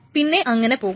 പിന്നെ അങ്ങനെ പോകും